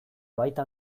baita